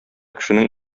кешенең